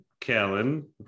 Kellen